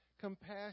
compassion